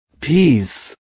peace